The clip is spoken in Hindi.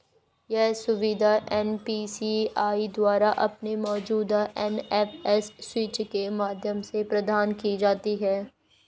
यह सुविधा एन.पी.सी.आई द्वारा अपने मौजूदा एन.एफ.एस स्विच के माध्यम से प्रदान की जाती है